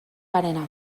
garena